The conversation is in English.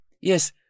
Yes